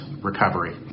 Recovery